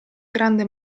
grande